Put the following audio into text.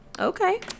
Okay